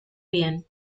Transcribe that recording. bien